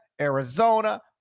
Arizona